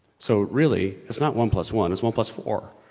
so, really it's not one plus one it's one plus four.